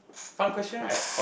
fun question right